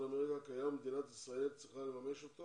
אמריקה קיים ומדינת ישראל צריכה לממש אותו